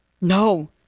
No